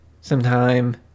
sometime